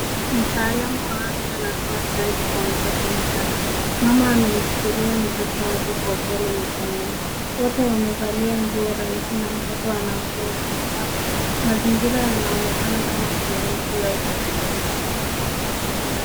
Mtaalum wa afya anatoa chanjo kwa mtoto mchanga. Mama amemshikilia mtoto wake kwa upole mikononi. Wote wamevalia nguo rahisi na mtoto ana nguo za miraba. Mazingira yanaonekana kama kliniki au kituo cha afya.